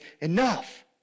enough